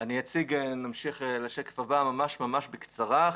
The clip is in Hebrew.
נמשיך לשקף הבא ואתייחס ממש בקצרה.